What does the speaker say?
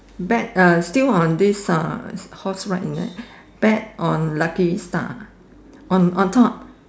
bet uh still on this uh horse ride is it bet on lucky star on on top